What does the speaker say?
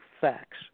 facts